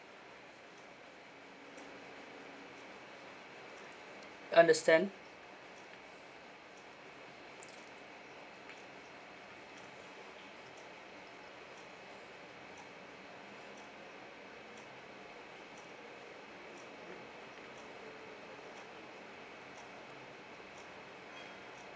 understand